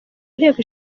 inteko